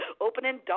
opening